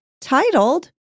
titled